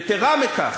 יתרה מכך,